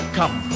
come